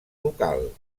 local